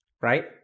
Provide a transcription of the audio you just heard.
right